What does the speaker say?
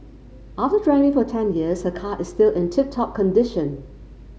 after driving for ten years her car is still in tip top condition